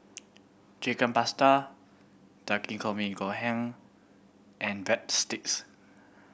Chicken Pasta Takikomi Gohan and Breadsticks